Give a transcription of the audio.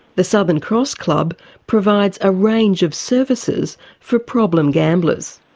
the southern cross club provides a range of services for problem gamblers.